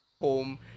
home